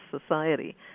society